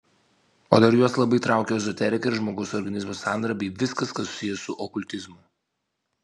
o dar juos labai traukia ezoterika ir žmogaus organizmo sandara bei viskas kas susiję su okultizmu